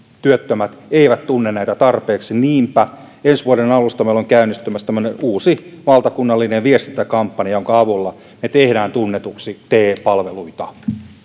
työttömät eivät tunne näitä tarpeeksi niinpä ensi vuoden alusta meillä on käynnistymässä uusi valtakunnallinen viestintäkampanja jonka avulla me teemme tunnetuiksi te palveluita